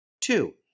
Two